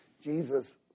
Jesus